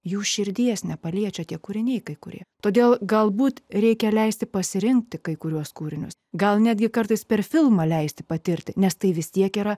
jų širdies nepaliečia tie kūriniai kai kurie todėl galbūt reikia leisti pasirinkti kai kuriuos kūrinius gal netgi kartais per filmą leisti patirti nes tai vis tiek yra